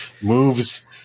moves